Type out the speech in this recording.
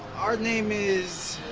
our name is.